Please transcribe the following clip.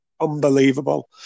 unbelievable